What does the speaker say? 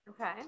Okay